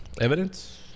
evidence